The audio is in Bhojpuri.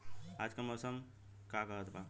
आज क मौसम का कहत बा?